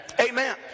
amen